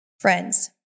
Friends